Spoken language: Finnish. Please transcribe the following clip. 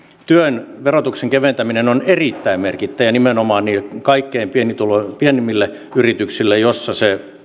työn verotuksen keventäminen on erittäin merkittävä ja nimenomaan niille kaikkein pienimmille yrityksille joissa